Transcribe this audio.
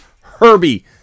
Herbie